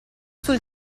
sul